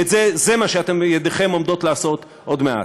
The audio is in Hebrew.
וזה מה שידיכם הולכות לעשות עוד מעט.